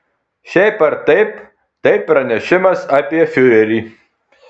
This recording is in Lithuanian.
šiaip ar taip tai pranešimas apie fiurerį